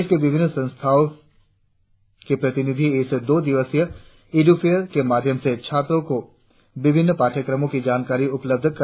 देश के विभिन्न संस्थाओं के प्रतिनिधी इस दो दिवसीय इड़ फेयर के माध्यम से छात्रों को विभिन्न पाठ्यक्रमों की जानकारी उपलब्ध करा रहे है